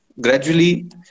Gradually